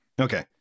Okay